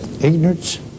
Ignorance